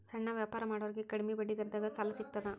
ಸಣ್ಣ ವ್ಯಾಪಾರ ಮಾಡೋರಿಗೆ ಕಡಿಮಿ ಬಡ್ಡಿ ದರದಾಗ್ ಸಾಲಾ ಸಿಗ್ತದಾ?